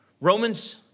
Romans